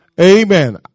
Amen